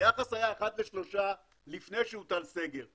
היחס היה 1 ל-3 לפני שהוטל סגר.